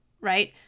right